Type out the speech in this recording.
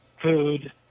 food